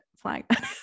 flag